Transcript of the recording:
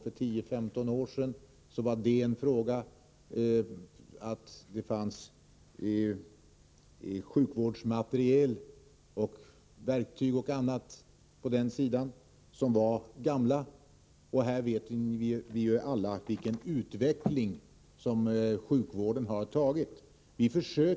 För tio femton år sedan diskuterades problemet att det fanns sjukvårdsmateriel — verktyg och annat — som var gammal. Vi vet alla vilken utveckling som förekommit inom sjukvården.